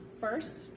first